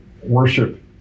Worship